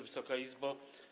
Wysoka Izbo!